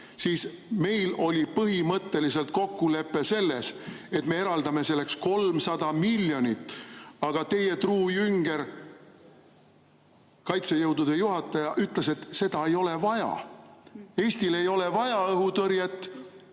siis meil oli põhimõtteliselt kokkulepe selles, et me eraldame selleks 300 miljonit. Aga teie truu jünger, kaitsejõudude juhataja ütles, et seda ei ole vaja, Eestil ei ole vaja õhutõrjet.